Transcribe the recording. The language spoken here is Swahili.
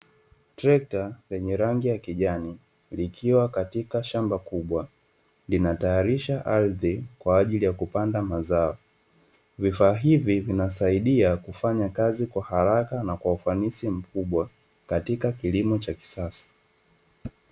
Trekta lenye rangi ya kijani, likiwa katika shamba kubwa, linatayarisha ardhi kwa ajili ya kupanda mazao. Vifaa hivi vinasaidia kufanya kazi kwa haraka na kwa ufanisi mkubwa, katika kilimo cha kisasa.